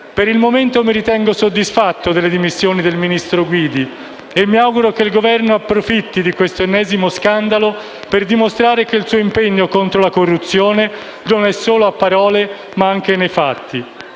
Per il momento mi ritengo soddisfatto delle dimissioni del ministro Guidi e mi auguro che il Governo approfitti di questo ennesimo scandalo per dimostrare che il suo impegno contro la corruzione non è solo a parole ma anche nei fatti.